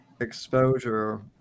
exposure